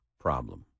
problem